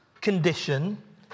condition